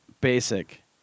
basic